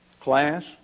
class